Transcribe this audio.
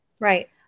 Right